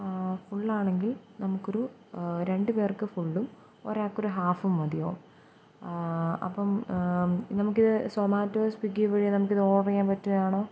ഫുള്ളാണെങ്കിൽ നമുക്കൊരു രണ്ട് പേർക്ക് ഫുള്ളും ഒരാള്ക്കൊരു ഹാഫും മതിയാവും അപ്പോള് നമുക്ക് സൊമാറ്റോ സ്വിഗ്ഗി വഴി നമുക്കിത് ഓർഡറെയ്യാൻ പറ്റിയതാണോ